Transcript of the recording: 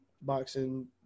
boxing